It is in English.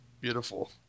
Beautiful